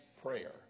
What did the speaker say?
prayer